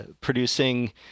producing